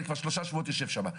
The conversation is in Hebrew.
כבר שלושה שבועות אני יושב שם,